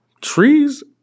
trees